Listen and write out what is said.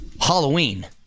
Halloween